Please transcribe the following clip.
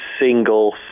single